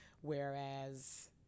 whereas